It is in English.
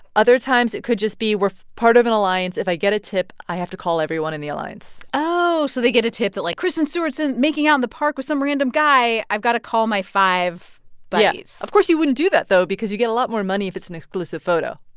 other times, it could just be, we're part of an alliance. if i get a tip, i have to call everyone in the alliance oh, so they get a tip that, like, kristen stewart's making out in the park with some random guy. i've got to call my five buddies yeah. of course, you wouldn't do that, though, because you get a lot more money if it's an exclusive photo.